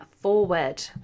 forward